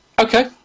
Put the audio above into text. Okay